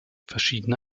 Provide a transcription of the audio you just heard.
verschiedene